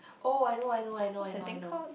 oh I know I know I know I know I know